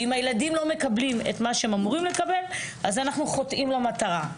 ואם הילדים לא מקבלים את מה שהם אמורים לקבל אז אנחנו חוטאים למטרה.